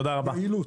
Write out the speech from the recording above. יעילות.